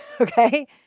okay